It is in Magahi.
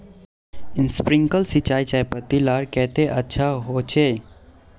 स्प्रिंकलर सिंचाई चयपत्ति लार केते अच्छा होचए?